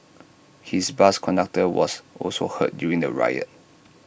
his bus conductor was also hurt during the riot